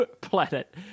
planet